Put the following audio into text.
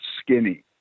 skinny